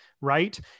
right